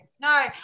no